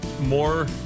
more